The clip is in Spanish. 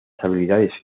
habilidades